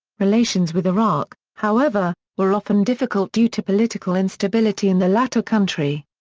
relations with iraq, however, were often difficult due to political instability in the latter country.